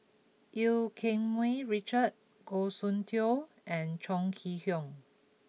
Eu Keng Mun Richard Goh Soon Tioe and Chong Kee Hiong